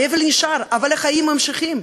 האבל נשאר, אבל החיים ממשיכים.